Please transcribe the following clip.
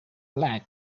lag